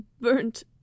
burnt